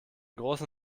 großen